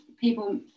people